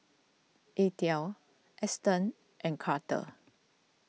Eathel Eston and Carter